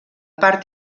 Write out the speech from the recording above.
part